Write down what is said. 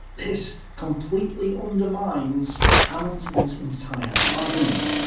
this completely undermines hamilton's entire argument.